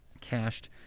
cached